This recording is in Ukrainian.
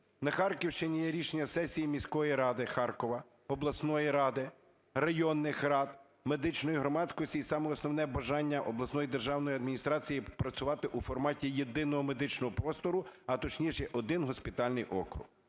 На Харківщині є рішення сесії міської ради Харкова, обласної ради, районних рад, медичної громадськості і саме основне – бажання обласної державної адміністрації працювати у форматі єдиного медичного простору, а точніше, один госпітальний округ.